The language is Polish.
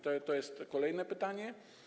To jest kolejne pytanie.